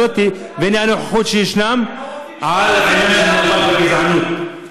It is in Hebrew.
בכנסת יש שפע של חקיקה גזענית,